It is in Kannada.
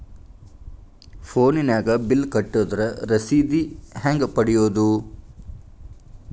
ಫೋನಿನಾಗ ಬಿಲ್ ಕಟ್ಟದ್ರ ರಶೇದಿ ಹೆಂಗ್ ಪಡೆಯೋದು?